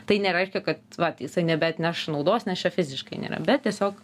tai nereiškia kad vat jisai nebeatneš naudos nes čia fiziškai nėra bet tiesiog